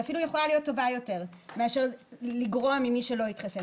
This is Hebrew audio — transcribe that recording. שאפילו יכולה להיות טובה יותר מאשר לגרוע ממי שלא התחסן,